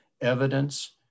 evidence